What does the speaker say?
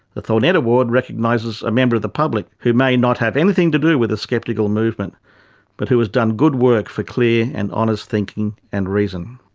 the thornett award recognises a member of the public who may not have anything to do with the skeptical movement but who has done good work for clear and honest thinking and reason.